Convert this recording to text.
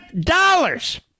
dollars